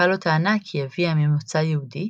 קאלו טענה כי אביה ממוצא יהודי,